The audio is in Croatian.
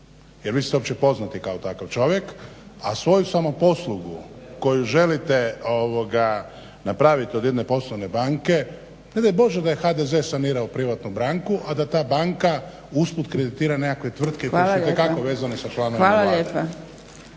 jer vi ste općepoznati kao takav čovjek, a svoju samoposlugu koju želite napraviti od jedne poslovne banke, ne daj Bože da je HDZ sanirao privatnu banku, a da ta banka usput kreditira nekakve tvrtke koje su itekako vezane sa članovima Vlade.